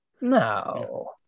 No